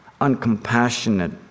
uncompassionate